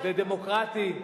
זה דמוקרטי?